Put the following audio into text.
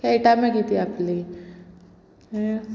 खेळटा मागीर ती आपली